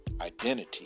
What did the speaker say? identity